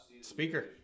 Speaker